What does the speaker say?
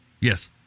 Yes